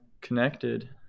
connected